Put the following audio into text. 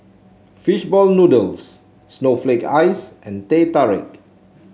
fish ball noodles Snowflake Ice and Teh Tarik